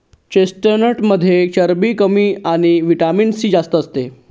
चेस्टनटमध्ये चरबी कमी आणि व्हिटॅमिन सी जास्त असते